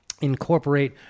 incorporate